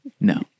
No